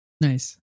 nice